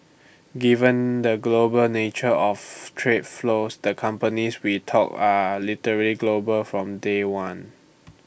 given the global nature of trade flows the companies we talk are literally global from day one